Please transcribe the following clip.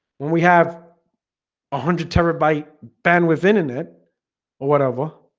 when we have a hundred terabyte bandwidth internet or whatever